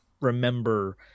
remember